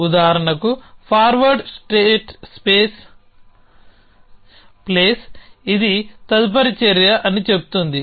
ఉదాహరణకు forward space place ఇది తదుపరి చర్య అని చెబుతుంది